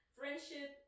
friendship